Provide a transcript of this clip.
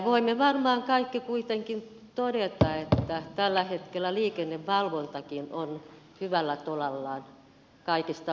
voimme varmaan kaikki kuitenkin todeta että tällä hetkellä liikennevalvontakin on hyvällä tolalla kaikesta huolimatta